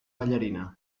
ballarina